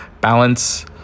balance